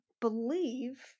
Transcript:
believe